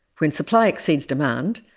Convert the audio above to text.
when supply exceeds demand,